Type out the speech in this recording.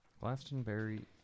Glastonbury